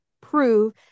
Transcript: prove